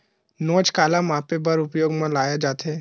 नोच काला मापे बर उपयोग म लाये जाथे?